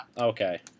Okay